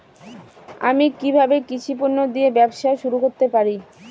আমি কিভাবে কৃষি পণ্য দিয়ে ব্যবসা শুরু করতে পারি?